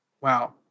Wow